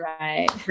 right